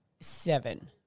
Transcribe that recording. seven